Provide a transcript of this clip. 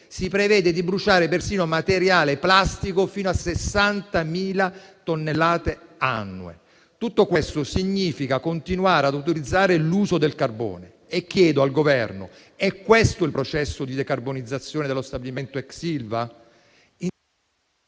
Si prevede di bruciare persino materiale plastico, fino a 60.000 tonnellate annue. Tutto questo significa continuare ad autorizzare l'uso del carbone. Chiedo al Governo se sia questo il processo di decarbonizzazione dello stabilimento ex Ilva.